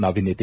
ನಾವೀನ್ಯತೆ